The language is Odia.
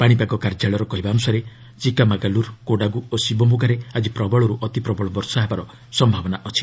ପାଣିପାଗ କାର୍ଯ୍ୟାଳୟର କହିବା ଅନ୍ତସାରେ ଚିକାମାଗାଲ୍ରର୍ କୋଡାଗୁ ଓ ଶିବମୋଗାରେ ଆଜି ପ୍ରବଳରୁ ଅତିପ୍ରବଳ ବର୍ଷା ହେବାର ସମ୍ଭାବନା ଅଛି